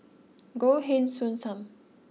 Goh Heng Soon Sam